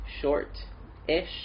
short-ish